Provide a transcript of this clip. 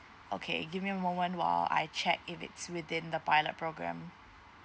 okay give me a moment while I check if it's within the pilot program